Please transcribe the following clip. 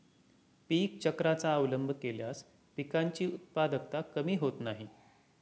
पीक चक्राचा अवलंब केल्यास पिकांची उत्पादकता कमी होत नाही